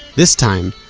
this time,